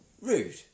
rude